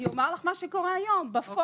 אני אומר לך מה שקורה היום בפועל,